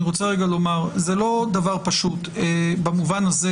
אני רוצה לומר שזה לא דבר פשוט במובן הזה